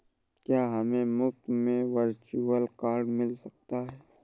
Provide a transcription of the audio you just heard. क्या हमें मुफ़्त में वर्चुअल कार्ड मिल सकता है?